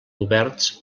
oberts